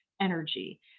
energy